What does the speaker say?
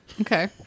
okay